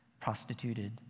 prostituted